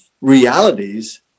realities